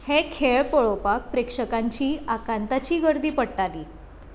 हे खेळ पळोवपाक प्रेक्षकांची आखांताची गर्दी पडटाली